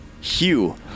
Hugh